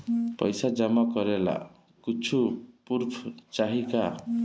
पैसा जमा करे ला कुछु पूर्फ चाहि का?